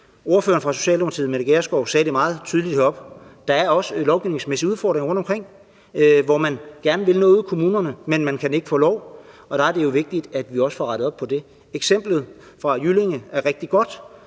Ordføreren fra Socialdemokratiet, Mette Gjerskov, sagde det meget tydeligt heroppe: Der er også lovgivningsmæssige udfordringer rundtomkring, hvor man gerne vil noget ude i kommunerne, men man kan ikke få lov. Der er det jo vigtigt, at vi også får rettet op på det. Eksemplet fra Jyllinge er rigtig godt,